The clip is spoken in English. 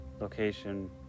location